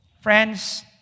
friends